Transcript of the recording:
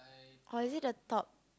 or is it the top